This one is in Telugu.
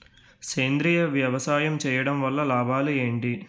సేంద్రీయ వ్యవసాయం చేయటం వల్ల లాభాలు ఏంటి?